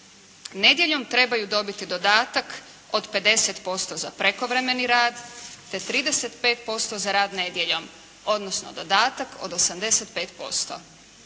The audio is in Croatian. nedjeljom trebaju dobiti dodatak od 50% za prekovremeni rad, 35% za rad nedjeljom, odnosno dodatak od 85%.